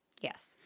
Yes